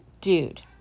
dude